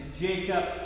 Jacob